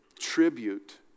tribute